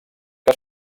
que